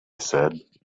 said